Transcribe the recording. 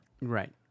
Right